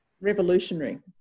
revolutionary